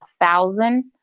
thousand